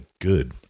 good